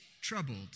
troubled